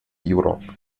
europe